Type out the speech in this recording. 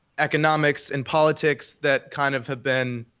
economics and politics that kind of have been